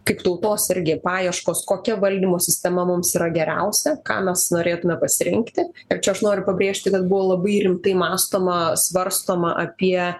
kaip tautos irgi paieškos kokia valdymo sistema mums yra geriausia ką mes norėtume pasirinkti ir čia aš noriu pabrėžti kad buvo labai rimtai mąstoma svarstoma apie